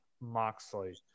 Moxley